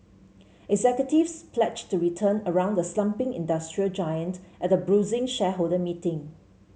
executives pledged to turn around the slumping industrial giant at a bruising shareholder meeting